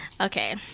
Okay